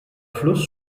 fluss